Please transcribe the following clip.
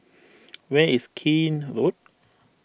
where is Keene Road